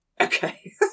okay